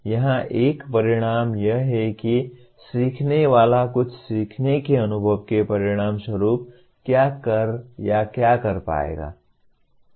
यहाँ एक परिणाम यह है कि सीखने वाला कुछ सीखने के अनुभव के परिणामस्वरूप क्या कर या कर पाएगा